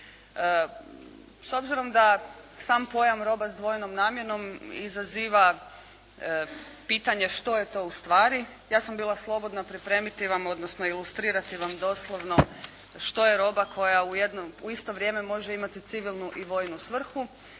S obzirom da sam pojam roba s dvojnom namjenom izaziva pitanje što je to ustvari, ja sam bila slobodna pripremiti vam odnosno ilustrirati vam doslovno što je roba koja u isto vrijeme može imati civilnu i vojnu svrhu,